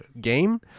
game